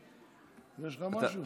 יש לך משהו?